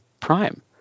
Prime